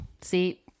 see